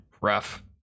rough